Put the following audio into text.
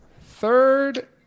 Third